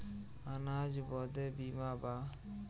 अनाज बदे बीमा बा